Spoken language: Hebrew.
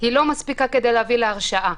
יש משפחה שלמה מאחוריהם,